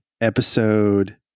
episode